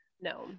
No